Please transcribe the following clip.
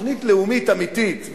תוכנית לאומית אמיתית,